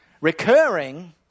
recurring